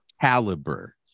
caliber